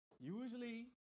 usually